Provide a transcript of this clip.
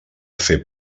fer